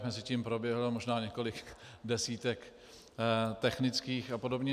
Mezitím proběhlo možná několik desítek technických apod.